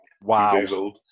Wow